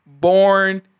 born